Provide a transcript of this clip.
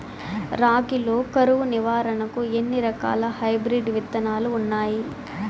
రాగి లో కరువు నివారణకు ఎన్ని రకాల హైబ్రిడ్ విత్తనాలు ఉన్నాయి